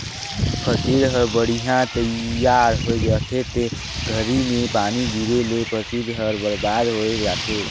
फसिल हर बड़िहा तइयार होए रहथे ते घरी में पानी गिरे ले फसिल हर बरबाद होय जाथे